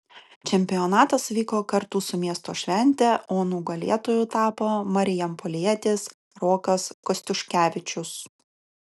čempionatas vyko kartu su miesto švente o nugalėtoju tapo marijampolietis rokas kostiuškevičius